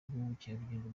rw’ubukerarugendo